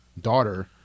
daughter